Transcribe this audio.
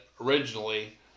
originally